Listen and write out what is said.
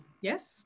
Yes